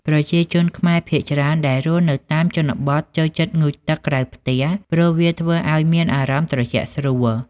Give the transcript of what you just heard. ប្រជាជនខ្មែរភាគច្រើនដែលរស់នៅតាមជនបទចូលចិត្តងូតទឹកក្រៅផ្ទះ ព្រោះវាធ្វើឱ្យមានអារម្មណ៍ត្រជាក់ស្រួល។